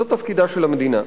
זה תפקידה של המדינה,